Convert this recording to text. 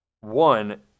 one